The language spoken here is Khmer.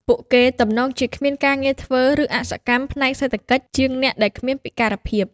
ពួកគេទំនងជាគ្មានការងារធ្វើ ឬអសកម្មផ្នែកសេដ្ឋកិច្ចជាងអ្នកដែលគ្មានពិការភាព។